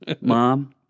Mom